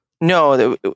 no